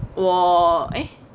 我 eh